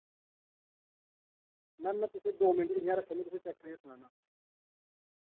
ma'am में तुसें दो मिंट इ'यां रक्खेओ में तुसें ई चैक्क करियै सनान्नां